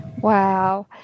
Wow